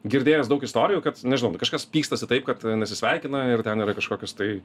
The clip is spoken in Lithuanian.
girdėjęs daug istorijų kad nežinau nu kažkas pykstasi taip kad nesisveikina ir ten yra kažkokios tai